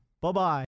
Bye-bye